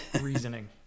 reasoning